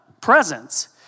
presence